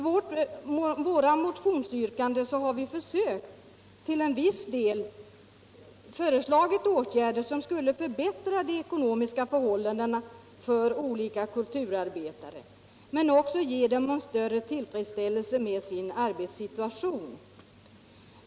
I våra motionsyrkanden har vi försökt till en viss del föreslå åtgärder som skulle förbättra de ekonomiska förhållandena för olika kulturarbetare, men också ge dem en större tillfredsställelse med sin arbetssituation.